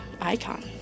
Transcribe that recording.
icon